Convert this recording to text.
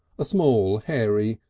a small, hairy,